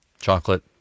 chocolate